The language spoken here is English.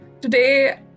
Today